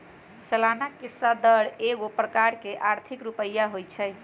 सलाना हिस्सा दर एगो प्रकार के आर्थिक रुपइया होइ छइ